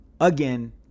again